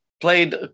played